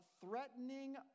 threatening